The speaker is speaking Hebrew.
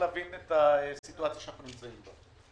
להבין את הסיטואציה שאנחנו נמצאים בה.